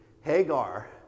Hagar